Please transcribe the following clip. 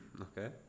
Okay